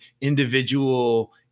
individual